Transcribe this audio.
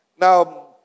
Now